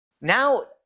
Now